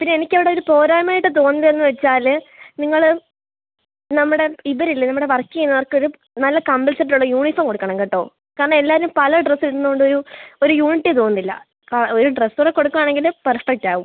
പിന്നെ എനിക്ക് അവിടെ ഒരു പോരായ്മയായിട്ട് തോന്നിയതെന്ന് വെച്ചാൽ നിങ്ങൾ നമ്മുടെ ഇവരില്ലേ നമ്മുടെ വർക്ക് ചെയ്യുന്നവർക്കൊരു നല്ല കമ്പൽസായിട്ടുള്ള യൂണിഫോം കൊടുക്കണം കേട്ടോ കാരണം എല്ലാവരും പല ഡ്രസ്സ് ഇടുന്നതുകൊണ്ട് ഒരു ഒരു യൂണിറ്റി തോന്നുന്നില്ല ആ ഒരു ഡ്രസ്സൂടെ കൊടുക്കുകയാണെങ്കിൽ പെർഫെക്റ്റ് ആവും